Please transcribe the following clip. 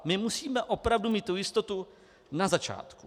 My musíme mít opravdu tu jistotu na začátku.